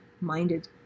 minded